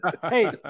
hey